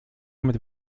mit